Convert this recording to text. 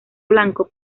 blanco